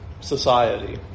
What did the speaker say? society